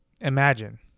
Imagine